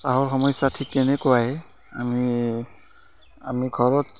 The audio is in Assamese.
চাহৰ সমস্যা ঠিক তেনেকুৱাই আমি আমি ঘৰত